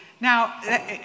Now